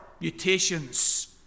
mutations